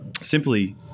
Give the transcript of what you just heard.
simply